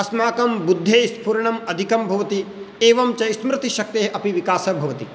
अस्माकं बुद्धेः स्फुरणम् अधिकं भवति एवं च स्मृतिशक्तेः अपि विकासः भवति